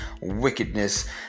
wickedness